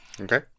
Okay